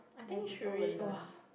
then people will learn